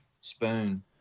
spoon